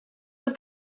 dut